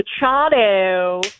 Machado